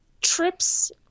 trips